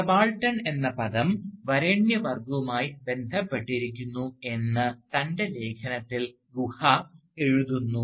subaltern എന്ന പദം വരേണ്യവർഗ്ഗവുമായി ബന്ധപ്പെട്ടിരിക്കുന്നു എന്ന് തൻറെ ലേഖനത്തിൽ ഗുഹ എഴുതുന്നു